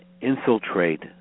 infiltrate